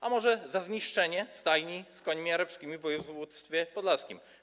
A może za zniszczenie stajni z końmi arabskimi w województwie podlaskim?